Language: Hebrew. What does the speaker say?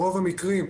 ברוב המקרים.